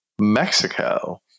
Mexico